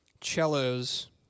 cellos